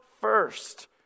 first